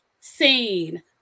seen